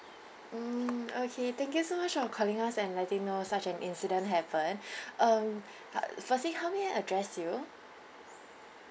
mm okay thank you so much for calling us and letting know such an incident happen um uh firstly how may I address you